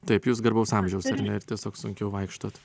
taip jūs garbaus amžiaus ar ne ir tiesiog sunkiau vaikštot